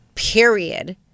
period